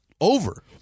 over